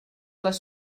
les